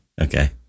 Okay